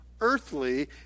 earthly